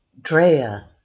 Drea